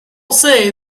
say